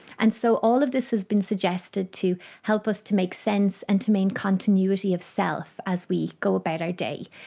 and so all of this has been suggested to help us to make sense and to maintain continuity of self as we go about our day.